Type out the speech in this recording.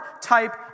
type